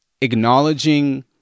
acknowledging